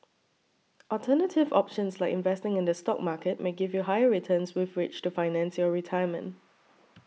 alternative options like investing in the stock market may give you higher returns with which to finance your retirement